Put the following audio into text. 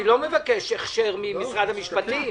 אני לא מבקש הכשר ממשרד המשפטים.